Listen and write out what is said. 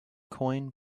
coin